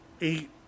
eight